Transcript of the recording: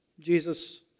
Jesus